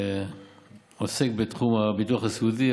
שעוסק בתחום הביטוח הסיעודי,